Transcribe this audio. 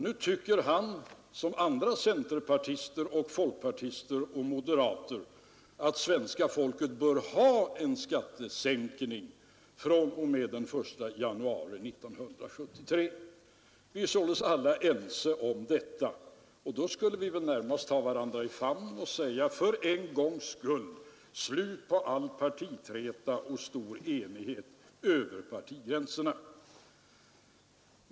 Nu tycker han, liksom andra centerpartister, folkpartister och moderater, att svenska folket bör få en skattesänkning fr.o.m. den 1 januari 1973, Vi är således alla ense om detta. Då borde vi väl närmast ta varandra i famnen och säga: Låt det för en gångs skull bli slut på all partiträta! Låt det bli stor enighet över partigränserna!